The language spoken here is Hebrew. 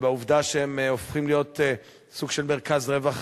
והעובדה שהם הופכים להיות סוג של מרכז רווח